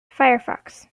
firefox